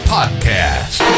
Podcast